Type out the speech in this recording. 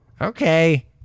Okay